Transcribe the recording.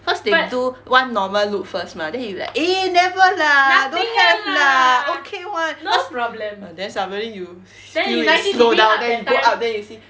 cause they do one normal loop first mah then you like eh never lah don't have lah okay [one] then suddenly you feel it slow down then go up then you see